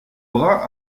bras